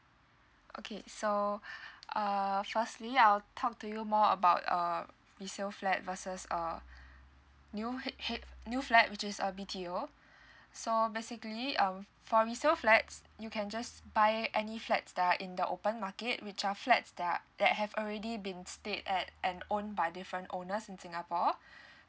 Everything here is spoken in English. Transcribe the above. okay so uh firstly I'll talk to you more about uh resale flat versus uh new ha~ ha~ new flat which is a B_T_O so basically um for resale flats you can just buy any flats that are in the open market which are flats that are that have already been stayed at and owned by the different owners in singapore